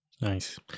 Nice